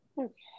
Okay